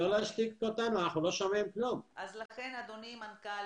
הנושא השני הוא בעצם שבדקתי יחד עם דיירי דיפלומט,